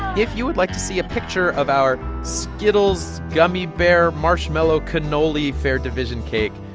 if you would like to see a picture of our skittles-gummy bear-marshmallow-cannoli fair division cake,